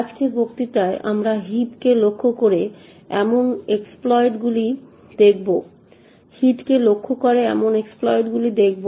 আজকের বক্তৃতায় আমরা হিপ কে লক্ষ্য করে এমন এক্সপ্লইটগুলি দেখব